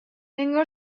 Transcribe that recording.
انگار